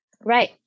Right